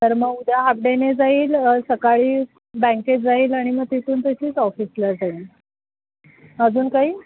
तर मग उद्या हाफ डेने जाईल सकाळी बँकेत जाईल आणि मग तिथून तशीच ऑफिसला जाईल अजून काही